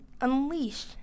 unleash